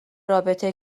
رابطه